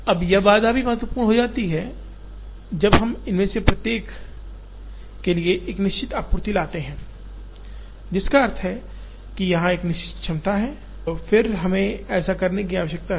अब यह बाधा भी महत्वपूर्ण हो जाती है जब हम इनमें से प्रत्येक के लिए एक निश्चित आपूर्ति लाते हैं जिसका अर्थ है यहाँ एक क्षमता है और फिर हमें ऐसा करने की आवश्यकता है